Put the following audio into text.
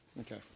Okay